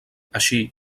així